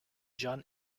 john